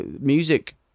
music